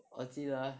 我记得